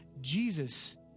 Jesus